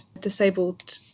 disabled